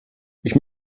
ich